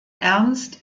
ernst